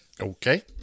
okay